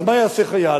אז מה יעשה חייל?